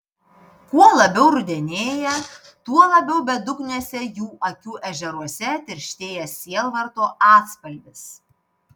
kuo labiau rudenėja tuo labiau bedugniuose jų akių ežeruose tirštėja sielvarto atspalvis